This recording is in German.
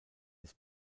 des